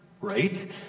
right